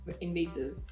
invasive